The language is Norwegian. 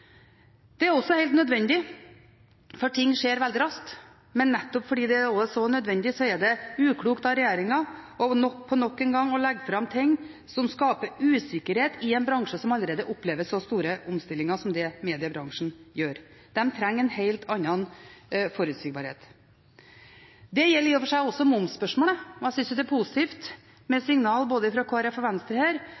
det. Det er også helt nødvendig, for ting skjer veldig raskt. Men nettopp fordi det er så nødvendig, er det uklokt av regjeringen nok en gang å legge fram ting som skaper usikkerhet, i en bransje som allerede opplever så store omstillinger som det mediebransjen gjør. De trenger en helt annen forutsigbarhet. Det gjelder i og for seg også momsspørsmålet. Jeg synes det er positivt med